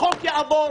החוק יעבור